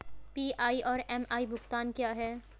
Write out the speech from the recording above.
PI और MI भुगतान क्या हैं?